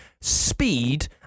speed